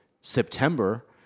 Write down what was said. september